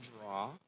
draw